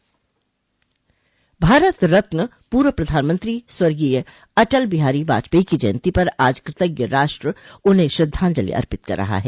भारत रत्न पूर्व प्रधानमंत्री स्वर्गीय अटल बिहारो वाजपेयी की जयन्ती पर आज कृतज्ञ राष्ट्र उन्हें श्रद्धांजलि अर्पित कर रहा है